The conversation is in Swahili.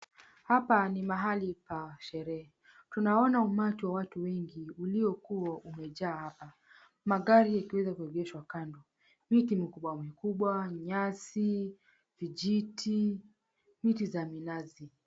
Hapa ni mahali pa sherehe. Tunaona umati wa watu wengi uliokuwa umejaa hapa. Magari yakiweza kuegeshwa kando. Miti mikubwa mikubwa, nyasi, vijiti, miti za minazi.